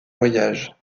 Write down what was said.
voyages